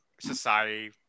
society